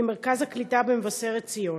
ממרכז הקליטה במבשרת ציון.